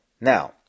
Now